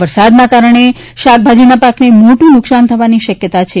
વરસાદના કારણે શાકભાજીના પાકને મોટું નુકસાન થવાની શક્યતા છે